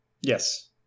Yes